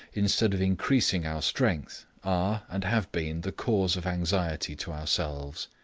instead of increasing our strength, are and have been the cause of anxiety to ourselves.